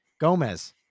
Gomez